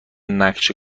نقشه